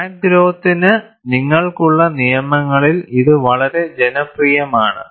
crack ഗ്രോത്തിന് നിങ്ങൾക്കുള്ള നിയമങ്ങളിൽ ഇത് വളരെ ജനപ്രിയമാണ്